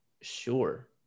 sure